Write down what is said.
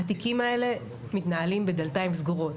התיקים האלה מתנהלים בדלתיים סגורות.